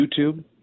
YouTube